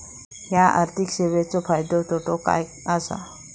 हया आर्थिक सेवेंचो फायदो तोटो काय आसा?